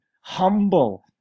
Humble